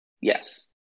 Yes